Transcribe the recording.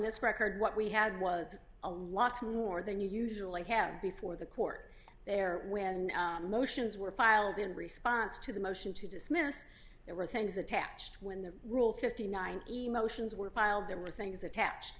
this record what we had was a lot more than you usually had before the court there when motions were filed in response to the motion to dismiss there were things attached when the rule fifty nine emotions were piled there were things attached